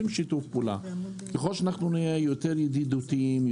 לכן ככל שנהיה יותר ידידותיים,